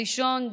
הראשון,